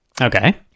Okay